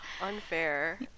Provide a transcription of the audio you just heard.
Unfair